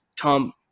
Tom